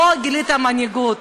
פה גילית מנהיגות,